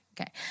Okay